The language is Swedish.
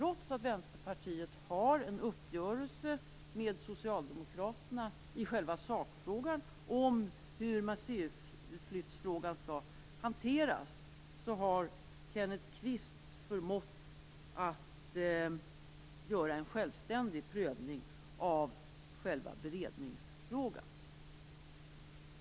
Trots att Vänsterpartiet har träffat en uppgörelse med socialdemokraterna i själva sakfrågan om hur museiflyttfrågan skall hanteras, har Kenneth Kvist förmått att göra en självständig prövning av själva beredningsfrågan.